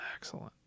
excellent